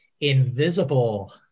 invisible